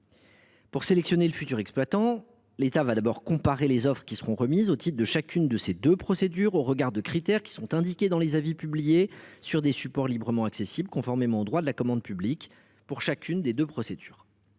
Pour sélectionner le futur exploitant, l’État comparera la meilleure offre remise au titre de chacune des deux procédures, au regard de deux critères indiqués dans les avis publiés sur des supports librement accessibles, conformément au droit de la commande publique, pour chacune des deux procédures.